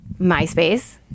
MySpace